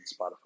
Spotify